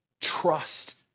trust